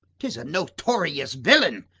tis a notorious villain.